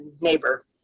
neighbor